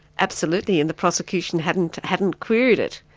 absolutely, and the prosecution hadn't hadn't queried it.